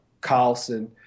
Carlson